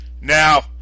now